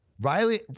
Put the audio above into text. Riley